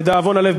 לדאבון הלב,